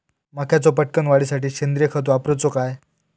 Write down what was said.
मक्याचो पटकन वाढीसाठी सेंद्रिय खत वापरूचो काय?